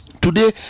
today